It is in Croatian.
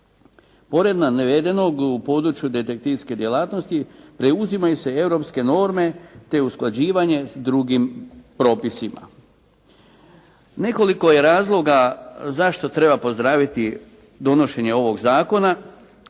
Pored navedenom u području detektivske djelatnosti preuzimaju se europske norme, te usklađivanje s drugim propisima. Nekoliko je razloga zašto treba pozdraviti donoš+enje ovog zakona,